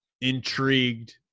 intrigued